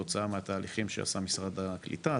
כתוצאה מהתהליכים שעשה משרד הקליטה,